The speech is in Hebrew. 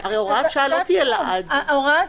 הוראת שעה לא תהיה לעד הרי.